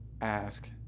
ask